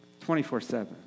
24-7